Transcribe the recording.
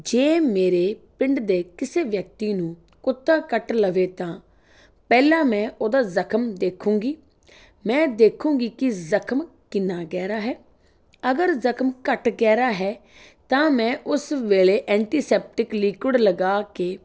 ਜੇ ਮੇਰੇ ਪਿੰਡ ਦੇ ਕਿਸੇ ਵਿਅਕਤੀ ਨੂੰ ਕੁੱਤਾ ਕੱਟ ਲਵੇ ਤਾਂ ਪਹਿਲਾਂ ਮੈਂ ਉਹਦਾ ਜ਼ਖਮ ਦੇਖੂੰਗੀ ਮੈਂ ਦੇਖੂੰਗੀ ਕਿ ਜ਼ਖਮ ਕਿੰਨਾਂ ਗਹਿਰਾ ਹੈ ਅਗਰ ਜ਼ਖਮ ਘੱਟ ਗਹਿਰਾ ਹੈ ਤਾਂ ਮੈਂ ਉਸ ਵੇਲੇ ਐਂਟੀਸੈਪਟਿਕ ਲਿਕੁਅਡ ਲਗਾ ਕੇ